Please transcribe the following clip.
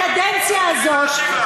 ולקדנציה הזאת,